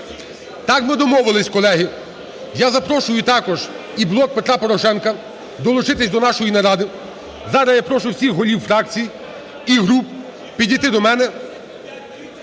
Так ми домовились, колеги. Я запрошую також і "Блок Петра Порошенка" долучитись до нашої наради. Зараз я прошу всіх голів фракцій і груп підійти до мене.